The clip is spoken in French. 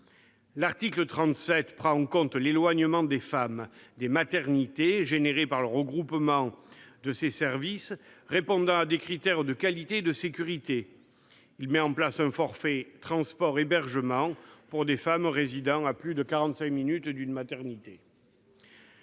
L'article 37 prend en compte l'éloignement des femmes des maternités provoqué par le regroupement des services de maternité répondant à des critères de qualité et de sécurité. Il met en place un forfait transport-hébergement pour des femmes résidant à plus de quarante-cinq minutes d'une maternité.